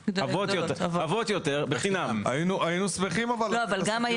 אבל אי אפשר לדעת את זה תוך כדי המשלוח.